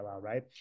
right